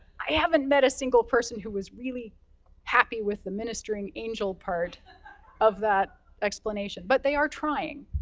i haven't met a single person who was really happy with the ministering angel part of that explanation. but, they are trying,